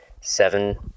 seven